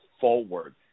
forward